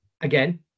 again